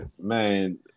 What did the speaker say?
man